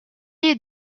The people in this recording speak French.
est